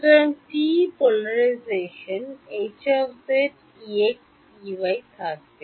সুতরাং টিই polarisation Hz Ex Ey থাকবে